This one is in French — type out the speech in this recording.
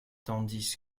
tandis